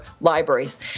libraries